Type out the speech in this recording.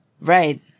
Right